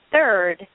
Third